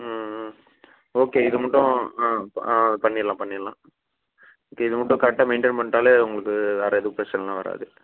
ம் ம் ஓகே இது மட்டும் ஆ ஆ பண்ணிடலாம் பண்ணிடலாம் ஓகே இது மட்டும் கரெக்டாக மெயின்டெயின் பண்ணிட்டாலே உங்களுக்கு வேற எதுவும் பிரச்சனைலாம் வராது